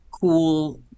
cool